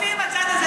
הצד הזה,